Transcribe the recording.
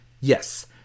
Yes